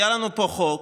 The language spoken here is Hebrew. היה לנו פה חוק